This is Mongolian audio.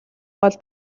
гол